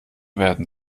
werden